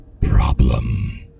problem